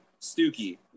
stooky